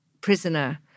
prisoner